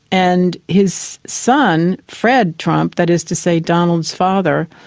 and his son, fred trump, that is to say donald's father,